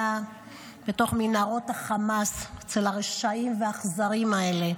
בתוך מנהרות החמאס אצל הרשעים והאכזרים האלה,